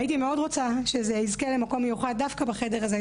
והייתי מאוד רוצה שזה יזכה למקום מיוחד דווקא בחדר הזה,